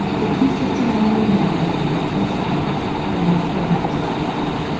the two sixty-nine year old men had matching smiles and matching wrinkles around their eyes.